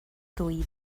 ddwy